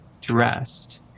dressed